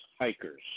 hikers